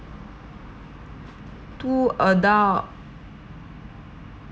two adult